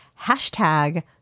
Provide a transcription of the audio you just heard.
hashtag